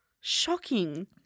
Shocking